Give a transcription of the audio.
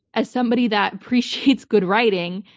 as somebody that appreciates good writing,